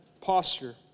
posture